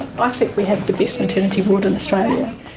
i think we have the best maternity ward in australia.